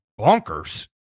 bonkers